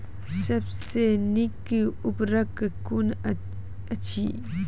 सबसे नीक उर्वरक कून अछि?